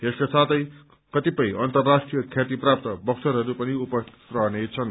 यसका साथै कतिपय अन्तर्राष्ट्रीय ख्यातीप्राप्त बक्सरहरू पनि उपस्थित रहनेछन्